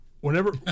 whenever